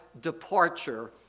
departure